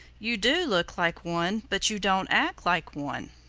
you do look like one but you don't act like one.